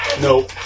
no